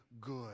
good